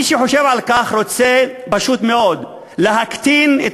מי שחושב על כך רוצה פשוט מאוד להקטין את